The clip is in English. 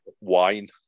wine